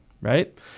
right